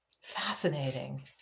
Fascinating